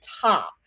top